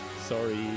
Sorry